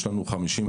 יש לנו 50-50,